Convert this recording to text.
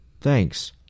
Thanks